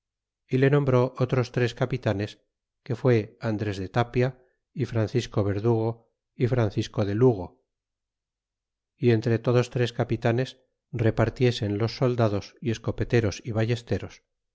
y le nombró otros tres capitanes que fue andres de tapia y francisco verdugo y francisco de lugo y entre todos tres capitanes repartiesen los soldados y escopeteros y ballesteros